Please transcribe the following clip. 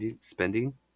spending